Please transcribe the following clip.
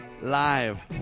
live